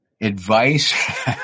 Advice